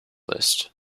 list